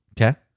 Okay